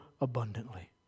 abundantly